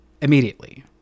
immediately